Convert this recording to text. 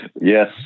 Yes